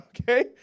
okay